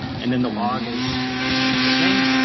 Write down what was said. and then the log is a beautiful thing.